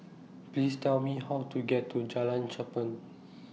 Please Tell Me How to get to Jalan Cherpen